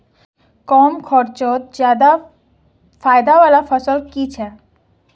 कम खर्चोत ज्यादा फायदा वाला फसल की छे?